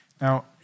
Now